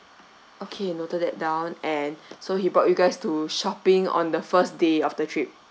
okay noted that down and so he brought you guys to shopping on the first day of the trip